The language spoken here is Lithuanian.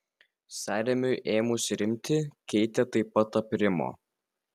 sąrėmiui ėmus rimti keitė taip pat aprimo